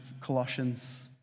Colossians